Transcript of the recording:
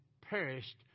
perished